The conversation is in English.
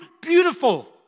beautiful